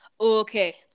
Okay